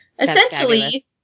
Essentially